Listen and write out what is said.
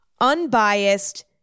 unbiased